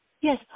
Yes